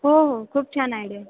हो हो खूप छान आयडिया आहे